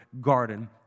garden